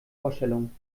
vorstellung